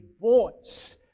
voice